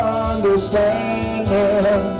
understanding